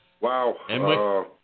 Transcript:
Wow